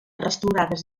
restaurades